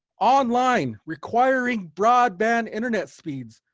online, requiring broadband internet speeds,